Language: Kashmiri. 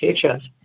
ٹھیٖک چھا حظ